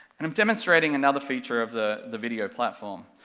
and i'm demonstrating another feature of the the video platform,